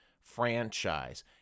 franchise